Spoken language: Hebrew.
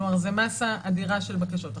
כלומר זו מסה אדירה של בקשות.